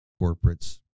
corporates